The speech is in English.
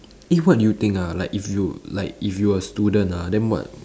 eh what do you think ah like if you like if you are a student ah then what